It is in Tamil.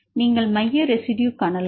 நீங்கள் மைய ரெசிடுயு காணலாம்